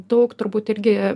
daug turbūt irgi